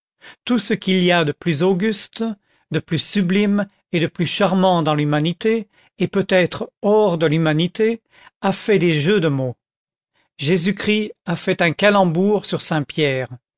tout ce qu'il y a de plus auguste de plus sublime et de plus charmant dans l'humanité et peut-être hors de l'humanité a fait des jeux de mots jésus-christ a fait un calembour sur